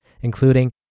including